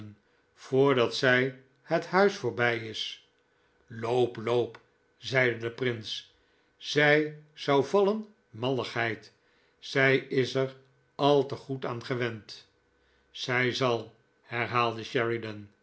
voordat zij het huis voorbij is loop loop zeide de prins zij zou vallen malligheid zij is er al te goed aan gewend zij zal herhaalde